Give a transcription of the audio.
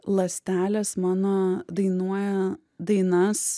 ląstelės mano dainuoja dainas